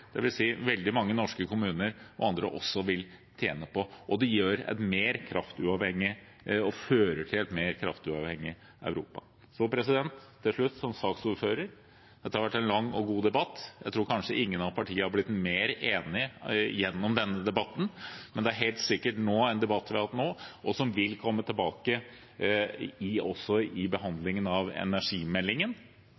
veldig mange norske kommuner og andre – også vil tjene på. Og det fører til et mer kraftuavhengig Europa. Til slutt som saksordfører: Dette har vært en lang og god debatt. Jeg tror kanskje ingen av partiene har blitt mer enig gjennom denne debatten, men det er helt sikkert at den debatten vi har hatt nå, vil komme tilbake også ved behandlingen av energimeldingen. Det er en av de virkelig store, viktige beslutningene og temaen Norge skal stake ut i